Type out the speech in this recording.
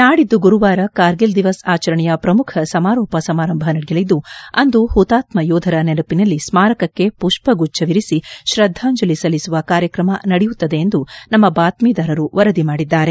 ನಾಡಿದ್ದು ಗುರುವಾರ ಕಾರ್ಗಿಲ್ ದಿವಸ್ ಆಚರಣೆಯ ಪ್ರಮುಖ ಸಮಾರೋಪ ಸಮಾರಂಭ ನಡೆಯಲಿದ್ದು ಅಂದು ಪುತಾತ್ಮ ಯೋಧರ ನೆನಪಿನಲ್ಲಿ ಸ್ಮಾರಕಕ್ಕೆ ಮಷ್ಷಗುಚ್ಛವಿರಿಸಿ ಶ್ರದ್ಧಾಂಜಲಿ ಸಲ್ಲಿಸುವ ಕಾರ್ಯಕ್ರಮ ನಡೆಯುತ್ತದೆ ಎಂದು ನಮ್ಮ ಬಾತ್ಮೀದಾರರು ವರದಿ ಮಾಡಿದ್ದಾರೆ